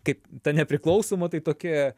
kaip ta nepriklausoma tai tokia